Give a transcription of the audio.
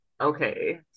Okay